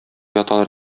яталар